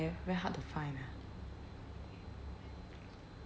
very hard to find